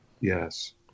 Yes